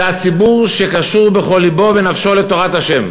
זה הציבור שקשור בכל לבו ונפשו לתורת ה',